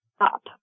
up